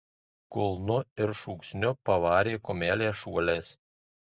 kulnu ir šūksniu pavarė kumelę šuoliais